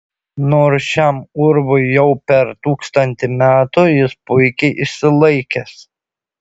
nors šiam urvui jau per tūkstantį metų jis puikiai išsilaikęs